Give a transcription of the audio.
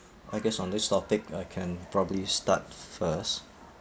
I guess on this topic I can probably start first